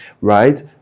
right